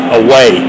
away